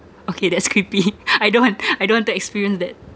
okay that's creepy I don't want I don't want to experience that